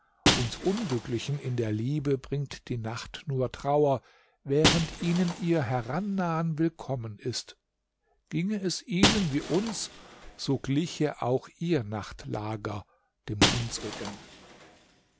uns unglücklichen in der liebe bringt die nacht nur trauer während ihnen ihr herannahen willkommen ist ginge es ihnen wie uns so gliche auch ihr nachtlager dem unsrigen